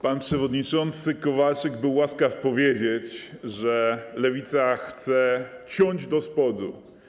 Pan przewodniczący Kowalczyk był łaskaw powiedzieć, że Lewica chce ciąć do spodu.